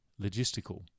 logistical